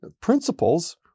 Principles